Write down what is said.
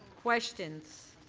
questions.